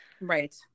right